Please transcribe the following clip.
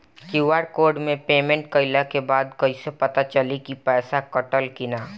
QR code से payment कईला के बाद कईसे पता चली की पैसा कटल की ना?